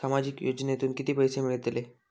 सामाजिक योजनेतून किती पैसे मिळतले?